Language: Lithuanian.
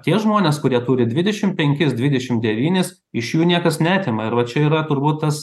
tie žmonės kurie turi dvidešim penkis dvidešim devynis iš jų niekas neatima ir va čia yra turbūt tas